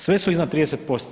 Sve su iznad 30%